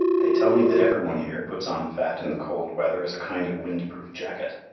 they tell me that every one here puts on fat in the cold weather as a kind of windproof jacket.